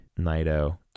naito